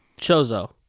Chozo